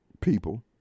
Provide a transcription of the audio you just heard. people